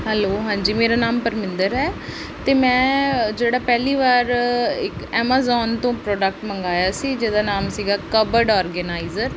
hello ਹਾਂਜੀ ਮੇਰਾ ਨਾਮ ਪਰਮਿੰਦਰ ਹੈ ਅਤੇ ਮੈਂ ਜਿਹੜਾ ਪਹਿਲੀ ਵਾਰ ਇੱਕ ਐਮਾਜ਼ੋਨ ਤੋਂ ਪ੍ਰੋਡਕਟ ਮੰਗਵਾਇਆ ਸੀ ਜਿਹਦਾ ਨਾਮ ਸੀਗਾ ਕਬਰਡ ਔਰਗਨਾਈਜਰ